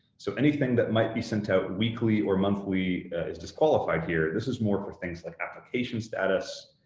so anything that might be sent out weekly or monthly is disqualified here. this is more for things like application status,